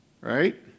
right